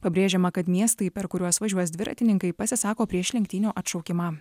pabrėžiama kad miestai per kuriuos važiuos dviratininkai pasisako prieš lenktynių atšaukimą